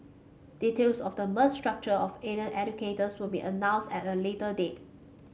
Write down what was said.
details of the merged structure for allied educators will be announced at a later date